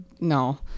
No